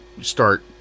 start